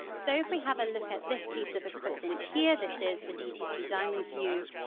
so if we have a look at this piece of equipment here, this is the dtc diamondview,